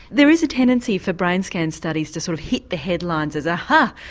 there is a tendency for brain scan studies to sort of hit the headlines as ah, ha,